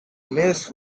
less